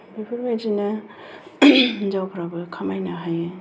बेफोरबायदिनो हिनजावफोराबो खामायनो हायो